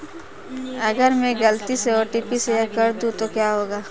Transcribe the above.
अगर मैं गलती से ओ.टी.पी शेयर कर दूं तो क्या होगा?